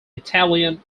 italian